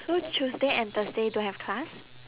so tuesday and thursday don't have class